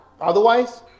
Otherwise